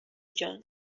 جان